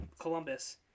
Columbus